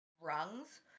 rungs